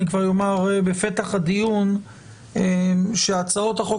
אני כבר אומר בפתח הדיון שהצעות החוק